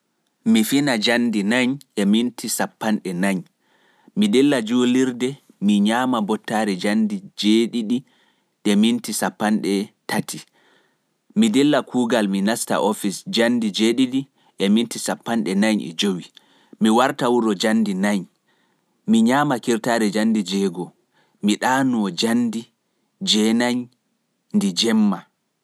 Mi fina njamdi nayi (fourty minutes past four) mi yaha julirde. Mi nyaama bottari njamdi (thirty minutes past seven in the morning), mi dilla kuugal mi nasta office(fourty five mins past seven in the morning) mi warta wuro (four o clock) mi nyaama kirtaari (fifty minutes after six), mi ɗano (nine oclock in the evening)